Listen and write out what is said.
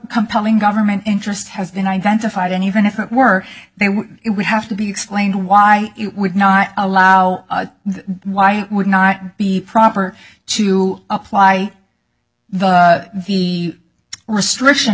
compelling government interest has been identified and even if it were they would it would have to be explained why it would not allow the why would not be proper to apply the v restriction